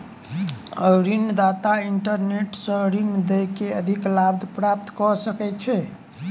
ऋण दाता इंटरनेट सॅ ऋण दय के अधिक लाभ प्राप्त कय सकै छै